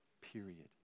period